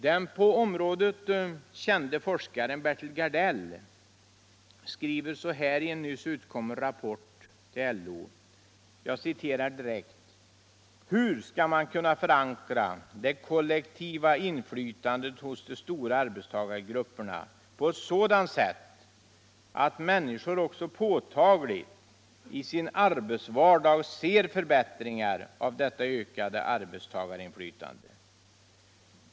Den på området |kände forskaren Bertil Gardell skriver så här i en nyss utkommen rapport från LO: ”Hur skall man kunna förankra det kollektiva inflytandet hos de stora arbetstagargrupperna på ett sådant sätt att människor också på 'tagligt, i sin arbetsvardag, ser förbättringar av detta ökade arbetstagarinflytande?